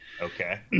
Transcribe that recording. Okay